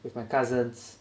with my cousins